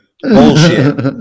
bullshit